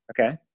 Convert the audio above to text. okay